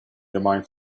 remained